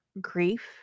grief